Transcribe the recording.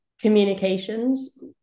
communications